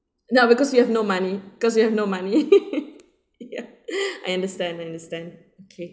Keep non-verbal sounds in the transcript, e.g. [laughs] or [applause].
no because you have no money cause you have no money [laughs] I understand understand okay